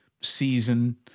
season